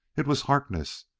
it was harkness,